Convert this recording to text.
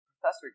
Professor